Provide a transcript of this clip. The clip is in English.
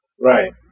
Right